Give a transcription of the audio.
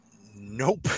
Nope